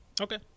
Okay